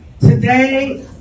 today